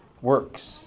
works